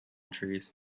trees